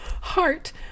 Heart